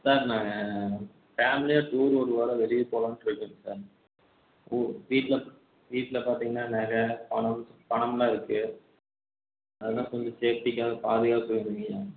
sir நாங்கள் ஃபேமிலியாக tour ஒரு வாரம் வெளியே போகலான்ட்டு இருக்கோம்ங்க சார் வீட்டில் வீட்டில் பார்த்தீங்கன்னா நகை பணம் பணம்லாம் இருக்குது அதெல்லாம் கொஞ்சம் சேஃப்டிக்காக பாதுகாப்பு வேணும்ங்க ஐயா